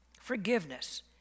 Forgiveness